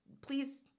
please